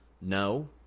No